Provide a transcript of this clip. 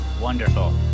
wonderful